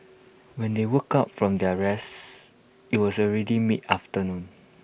when they woke up from their rest IT was already mid afternoon